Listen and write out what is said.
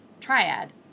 triad